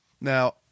now